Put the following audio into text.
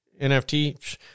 NFT